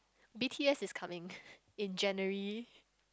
B_T_S is coming in January